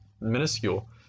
minuscule